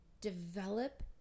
develop